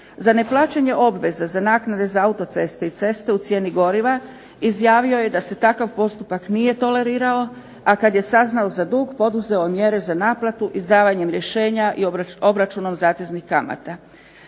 Za neplaćanje obveza za naknade za autoceste i ceste u cijeni goriva izjavio je da se takav postupak nije tolerirao, a kad je saznao za dugo poduzeo je mjere za naplatu izdavanjem rješenja i obračunom zateznih kamata.